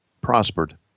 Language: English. prospered